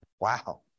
wow